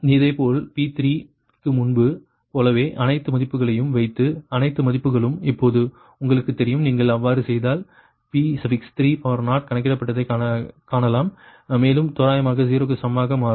இதேபோல் P3 P3 க்கு முன்பு போலவே அனைத்து மதிப்புகளையும் வைத்து அனைத்து மதிப்புகளும் இப்போது உங்களுக்குத் தெரியும் நீங்கள் அவ்வாறு செய்தால் P3 கணக்கிடப்பட்டதைக் காணலாம் மேலும் தோராயமாக 0 க்கு சமமாக மாறும்